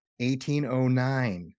1809